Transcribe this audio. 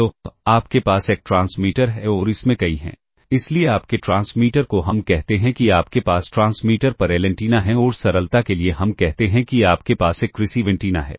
तो आपके पास एक ट्रांसमीटर है और इसमें कई हैं इसलिए आपके ट्रांसमीटर को हम कहते हैं कि आपके पास ट्रांसमीटर पर एल एंटीना हैं और सरलता के लिए हम कहते हैं कि आपके पास एक रिसीव एंटीना है